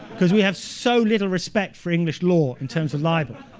because we have so little respect for english law in terms of libel.